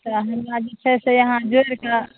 तऽ हँ जे छै से अहाँ जोड़िके